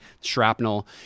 shrapnel